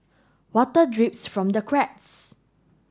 water drips from the cracks